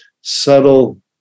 subtle